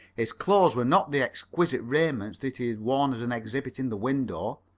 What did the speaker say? his clothes were not the exquisite raiment that he had worn as an exhibit in the window.